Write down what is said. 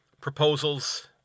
proposals